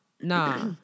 Nah